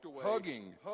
hugging